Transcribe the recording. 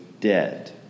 dead